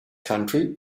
country